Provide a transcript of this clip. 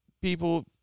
people